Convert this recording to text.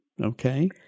Okay